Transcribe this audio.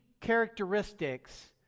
characteristics